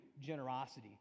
Generosity